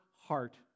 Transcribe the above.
heart